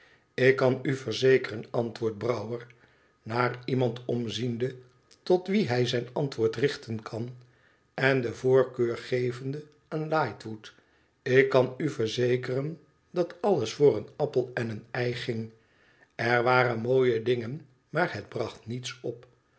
lik kan u verzekeren antwoordt brouwer naar iemand omziende tot wien hij zijn antwoord richten kan en de voorkeur gevende aan lightwood lik kan u verzekeren dat alles voor een appel en een ei ging er waren mooie dingen maar het bracht niets op